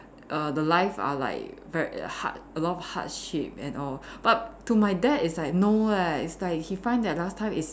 err the life are like ver~ hard a lot of hardship and all but to my dad is like no eh is like he find that last time is